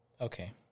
Okay